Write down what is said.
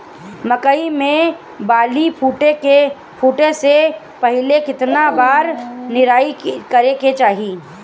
मकई मे बाली फूटे से पहिले केतना बार निराई करे के चाही?